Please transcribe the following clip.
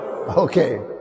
Okay